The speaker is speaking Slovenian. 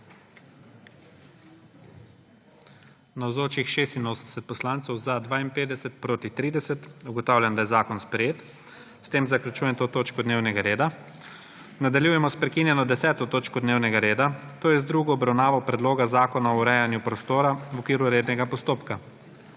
30. (Za je glasovalo 52.) (Proti 30.) Ugotavljam, da je zakon sprejet. S tem zaključujem to točko dnevnega reda. Nadaljujemo s prekinjeno 10. točko dnevnega reda, to je z drugo obravnavo Predloga zakona o urejanju prostora v okviru rednega postopka.